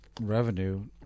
revenue